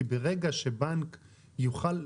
כי ברגע שבנק יוכל.